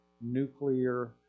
nuclear